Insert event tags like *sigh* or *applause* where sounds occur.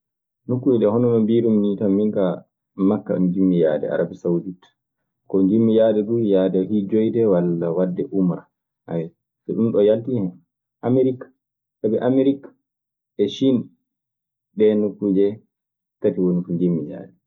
Nokkuuje, hono no mbiirumi nii tan, minkaa makka njimmi yaade, arabi sawdit. Ko njimmi yaade duu yaade hijjoyde walla waɗede umra. *hesitation* So ɗunɗoo yaltii hen, amerik, sabi amerik e siin, ɗee nokkuuje tati ngoni ko njimmi yaade.